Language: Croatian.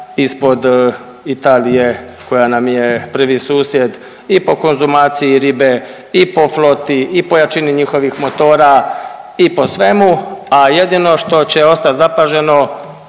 ispod Italije koja nam je prvi susjed i po konzumaciji ribe i po floti i po jačini njihovih motora i po svemu. A jedino što će ostati zapaženo,